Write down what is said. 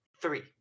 three